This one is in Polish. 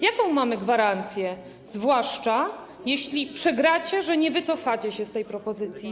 Jaką mamy gwarancję, zwłaszcza jeśli przegracie, że nie wycofacie się z tej propozycji?